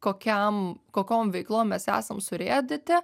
kokiam kokiom veiklom mes esam surėdyti